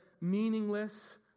meaningless